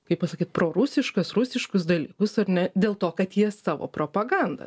kaip pasakyt prorusiškas rusiškus dalykus ar ne dėl to kad jie savo propagandą